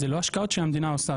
זה לא השקעות שהמדינה עושה,